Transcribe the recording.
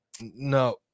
No